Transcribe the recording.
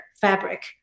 fabric